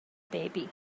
baby